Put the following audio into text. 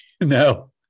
no